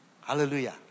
Hallelujah